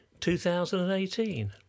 2018